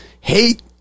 hate